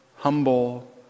humble